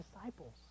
disciples